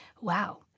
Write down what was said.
Wow